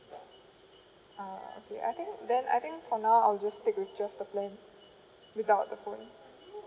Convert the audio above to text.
ah okay I think then I think for now I'll just stick with just the plan without the phone